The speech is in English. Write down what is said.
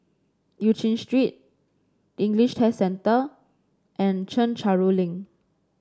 Eu Chin Street English Test Centre and Chencharu Link